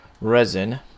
resin